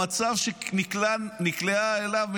המצב שנקלעו אליו,